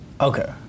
Okay